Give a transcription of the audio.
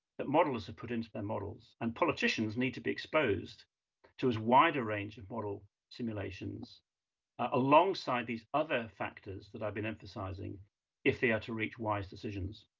that modelers have put into their models, and politicians need to be exposed to as wide a range of and model simulations alongside these other factors that i've been emphasizing if they are to reach wise decisions.